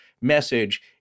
message